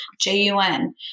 J-U-N